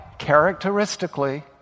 characteristically